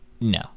No